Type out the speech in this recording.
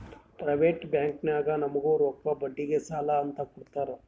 private ಬ್ಯಾಂಕ್ನಾಗು ನಮುಗ್ ರೊಕ್ಕಾ ಬಡ್ಡಿಗ್ ಸಾಲಾ ಅಂತ್ ಕೊಡ್ತಾರ್